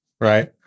right